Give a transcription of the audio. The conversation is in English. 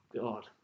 God